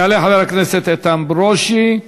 יעלה חבר הכנסת איתן ברושי,